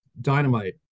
dynamite